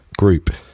group